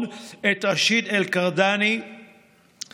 את רשיד עאלי אל-כילאני הפרו-נאצי,